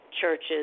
churches